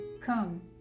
Come